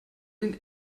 den